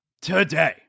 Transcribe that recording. today